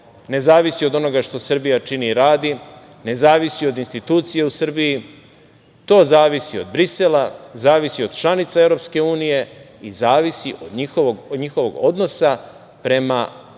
ne zavisi od onoga što Srbija čini i radi, ne zavisi od institucija u Srbiji, to zavisi od Brisela, zavisi od članica Evropske unije i zavisi od njihovog odnosa prema onome